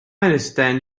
understand